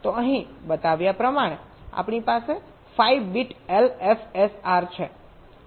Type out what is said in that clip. તો અહીં બતાવ્યા પ્રમાણે આપણી પાસે 5 બીટ એલએફએસઆર છે